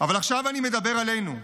אבל עכשיו אני מדבר עלינו,